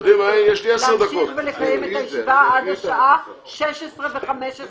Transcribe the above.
(הישיבה נפסקה בשעה 15:45 ונתחדשה בשעה